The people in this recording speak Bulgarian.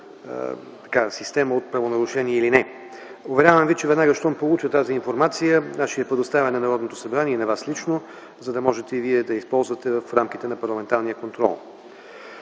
система от правонарушения или не. Уверявам ви, че веднага щом получа тази информация, аз ще я предоставя на Народното събрание и на Вас лично, за да можете и Вие да я използвате в рамките на парламентарния контрол.